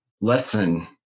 lesson